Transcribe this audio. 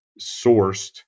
sourced